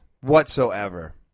whatsoever